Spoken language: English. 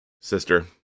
Sister